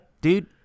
dude